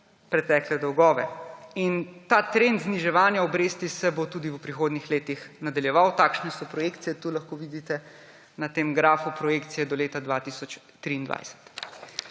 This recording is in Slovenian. pretekle dolgove. Ta trend zniževanja obresti se bo tudi v prihodnjih letih nadaljeval, takšne so projekcije, tu lahko vidite na tem grafu, projekcije do leta 2023.